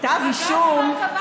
כתב אישום,